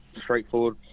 straightforward